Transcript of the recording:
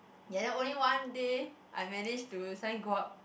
ya that only one day I manage to sign go up